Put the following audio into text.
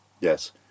Yes